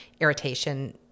irritation